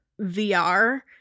VR